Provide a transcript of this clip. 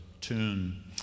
tune